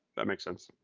that makes sense.